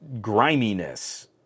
griminess